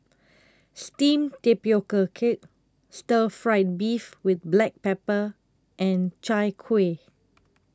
Steamed Tapioca Cake Stir Fried Beef with Black Pepper and Chai Kuih